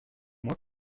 moi